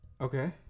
Okay